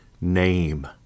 name